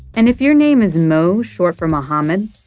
and if your name is mo, short for mohamed,